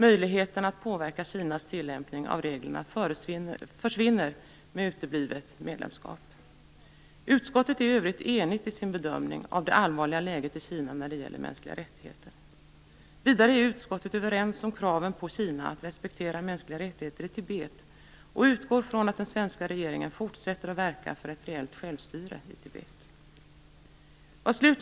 Möjligheten att påverka Kinas tillämpning av reglerna försvinner i och med uteblivet medlemskap. Utskottet är i övrigt enigt i sin bedömning av det allvarliga läget i Kina när det gäller mänskliga rättigheter. Vidare är utskottet överens om kraven på Kina att respektera mänskliga rättigheter i Tibet och utgår från att den svenska regeringen fortsätter att verka för ett reellt självstyre i Tibet.